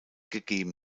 gegeben